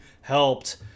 helped